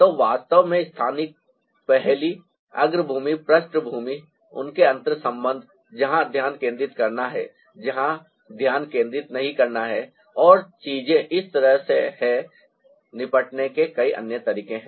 तो वास्तव में स्थानिक पहेली अग्रभूमि पृष्ठभूमि उनके अंतर्संबंध जहां ध्यान केंद्रित करना है जहां ध्यान केंद्रित नहीं करना है और चीजें इस तरह की हैं से निपटने के कई अन्य तरीके हैं